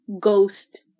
ghost